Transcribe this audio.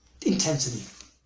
intensity